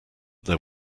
there